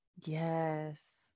Yes